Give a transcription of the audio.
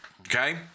okay